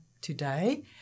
today